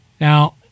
Now